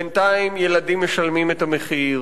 בינתיים, ילדים משלמים את המחיר